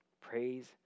Praise